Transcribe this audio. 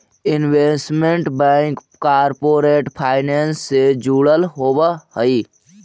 investment bank corporate finance से जुड़ल होवऽ हइ